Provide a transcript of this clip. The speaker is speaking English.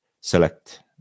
select